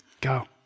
Go